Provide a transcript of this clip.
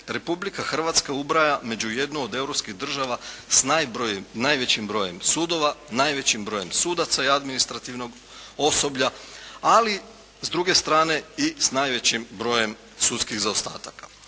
Republika Hrvatska ubraja među jednu od europskih država s najvećim brojem sudova, najvećim brojem sudaca i administrativnog osoblja ali s druge strane i s najvećim brojem sudskih zaostataka.